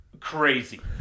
crazy